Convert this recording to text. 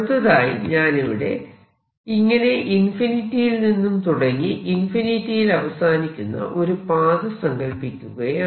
അടുത്തതായി ഞാനിവിടെ ഇങ്ങനെ ഇൻഫിനിറ്റിയിൽ നിന്ന് തുടങ്ങി ഇൻഫിനിറ്റിയിൽ അവസാനിക്കുന്ന ഒരു പാത സങ്കല്പിക്കുകയാണ്